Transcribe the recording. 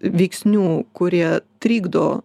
veiksnių kurie trikdo